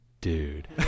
dude